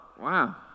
wow